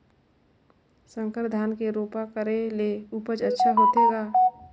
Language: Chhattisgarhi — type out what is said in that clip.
संकर धान के रोपा करे ले उपज अच्छा होथे का?